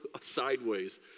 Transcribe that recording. sideways